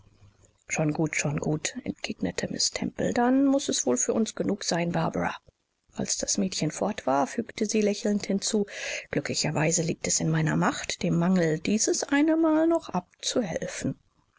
schon gut schon gut entgegnete miß temple dann muß es wohl für uns genug sein barbara als das mädchen fort war fügte sie lächelnd hinzu glücklicherweise liegt es in meiner macht dem mangel dieses eine mal noch abzuhelfen